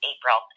April